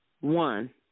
one